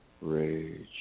rage